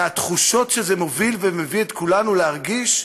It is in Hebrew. מהתחושות שזה מוביל ומביא את כולנו להרגיש?